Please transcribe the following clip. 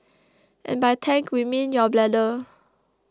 and by tank we mean your bladder